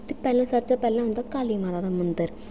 ते पैह्लै सारें शा पैहलें औंदा काली माता दा मंदर